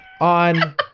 on